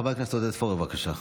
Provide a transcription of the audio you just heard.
חבר הכנסת עודד פורר, בבקשה.